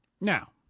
Now